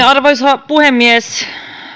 arvoisa puhemies